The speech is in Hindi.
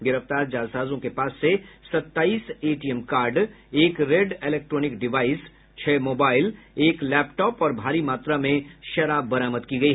गिरफ्तार जालसाजों के पास से सत्ताईस एटीएम कार्ड एक रेड इलेक्ट्रानिक डिवाइस छह मोबाइल एक लैपटाप और भारी मात्रा में शराब बरामद की गयी